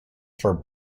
for